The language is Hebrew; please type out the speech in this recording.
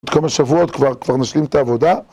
עוד כמה שבועות כבר כבר נשלים את העבודה